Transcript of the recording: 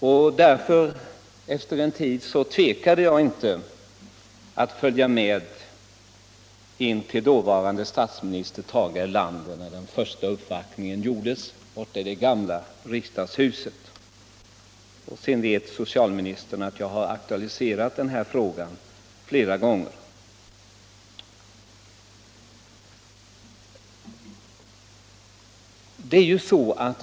Efter att ha studerat den en tid tvekade jag inte att följa med när den första uppvaktningen i frågan gjordes hos dåvarande statsminister Tage Erlander borta i det gamla riksdagshuset. Socialministern vet att jag därefter har aktualiserat denna fråga flera gånger.